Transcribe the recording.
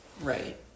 right